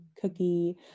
cookie